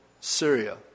Syria